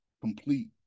complete